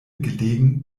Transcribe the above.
gelegen